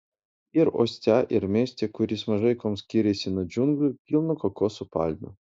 ir uoste ir mieste kuris mažai kuom skiriasi nuo džiunglių pilna kokoso palmių